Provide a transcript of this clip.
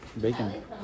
Bacon